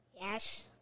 Yes